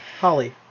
Holly